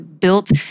built